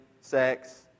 sex